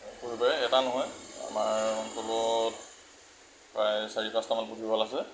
পূৰ্বে এটা নহয় আমাৰ অঞ্চলত প্ৰায় চাৰি পাঁচটামান পুথিভঁৰাল আছে